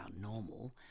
normal